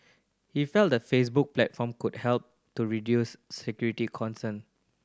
he felt the Facebook platform could help to reduce security concern